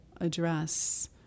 address